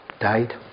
died